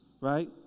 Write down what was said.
right